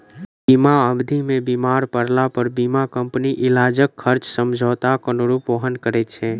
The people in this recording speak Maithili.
बीमा अवधि मे बीमार पड़लापर बीमा कम्पनी इलाजक खर्च समझौताक अनुरूप वहन करैत छै